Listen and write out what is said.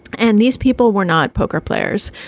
and these people were not poker players.